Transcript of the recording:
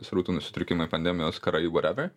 srautų nusitrūkimai pandemijos karai whatever